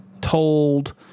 told